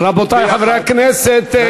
רבותי חברי הכנסת.